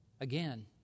again